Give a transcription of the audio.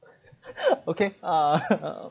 okay uh